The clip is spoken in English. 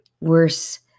worse